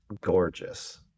gorgeous